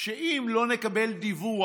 שאם לא נקבל דיווח,